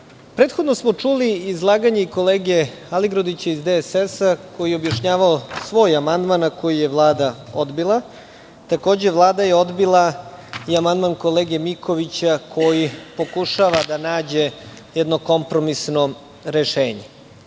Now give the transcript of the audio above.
1.Prethodno smo čuli izlaganje i kolege Aligrudića iz DSS, koji je objašnjavao svoj amandman, a koji je Vlada odbila. Takođe, Vlada je odbila i amandman kolege Mikovića, koji pokušava da nađe jedno kompromisno rešenje. Ne